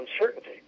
uncertainty